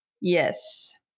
Yes